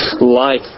life